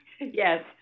Yes